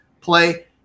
play